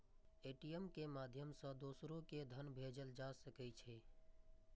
ATM के माध्यम सं दोसरो कें धन भेजल जा सकै छै